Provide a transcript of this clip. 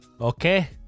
okay